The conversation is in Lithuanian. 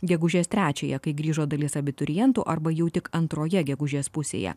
gegužės trečiąją kai grįžo dalis abiturientų arba jau tik antroje gegužės pusėje